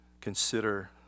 consider